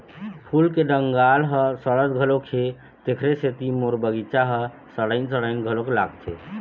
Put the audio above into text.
फूल के डंगाल ह सड़त घलोक हे, तेखरे सेती मोर बगिचा ह सड़इन सड़इन घलोक लागथे